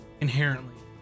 inherently